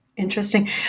Interesting